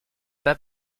pas